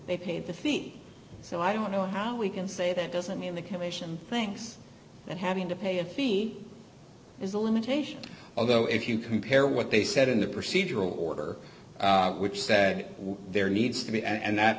they paid the fee so i don't know how we can say that doesn't mean the commission thinks that having to pay a fee is a limitation although if you compare what they said in the procedural order which said there needs to be and that